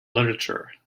literature